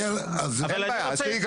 תן